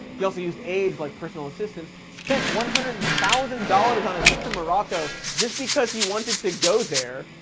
he also used aides like personal assistants, spent one hundred thousand dollars on a trip to morocco just because he wanted to go there,